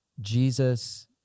Jesus